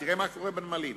תראה מה קורה בנמלים,